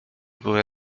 były